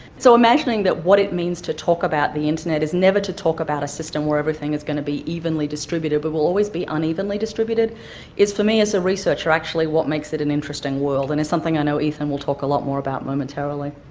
so imagining that what it means to talk about the internet is never to talk about a system where everything is going to be evenly distributed but will always be unevenly distributed distributed is for me as a researcher actually what makes it an interesting world, and it's something i know ethan will talk a lot more about momentarily.